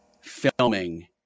filming